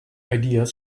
ideas